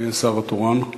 מי השר התורן?